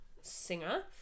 singer